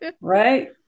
right